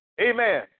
Amen